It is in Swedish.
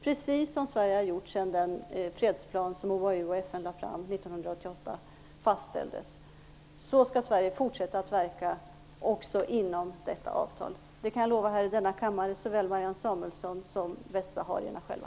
Precis som Sverige har gjort sedan den fredsplan som OAU och FN lade fram 1988 fastställdes skall Sverige fortsätta att verka också inom detta avtal. Det kan jag lova här i denna kammare såväl Marianne Samuelsson som västsaharierna själva.